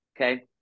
okay